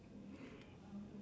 okay um